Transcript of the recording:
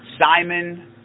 Simon